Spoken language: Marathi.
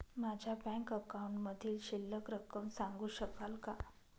माझ्या बँक अकाउंटमधील शिल्लक रक्कम सांगू शकाल का?